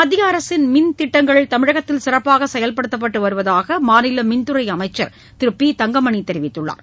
மத்திய அரசின் மின் திட்டங்கள் தமிழகத்தில் சிறப்பாக செயல்படுத்தப்பட்டு வருவதாக மாநில மின்துறை அமைச்சர் திரு பிதங்கமணி தெரிவித்துள்ளார்